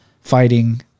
fighting